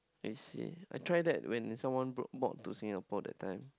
I see I try that when someone brought bought to Singapore that time